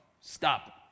stop